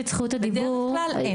בדרך כלל אין בעיה.